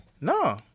No